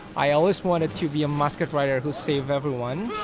i always wanted to be a masked rider who saved everyone